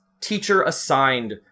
teacher-assigned